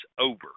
over